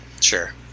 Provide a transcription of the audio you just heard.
sure